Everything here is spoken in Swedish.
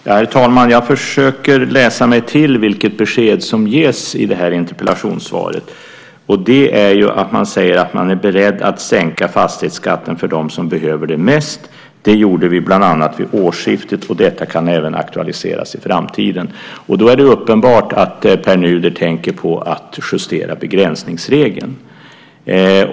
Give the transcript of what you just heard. Herr talman! Jag försöker läsa mig till vilket besked som ges i det här interpellationssvaret. Det är att man säger att man är beredd att "sänka fastighetsskatten för dem som behöver det mest. Det gjorde vi bland annat vid årsskiftet, och detta kan även aktualiseras i framtiden." Då är det uppenbart att Pär Nuder tänker på att justera begränsningsregeln.